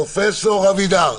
פרופ' אבידר,